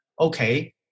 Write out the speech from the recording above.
okay